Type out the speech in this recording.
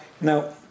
now